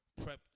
prepped